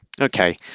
Okay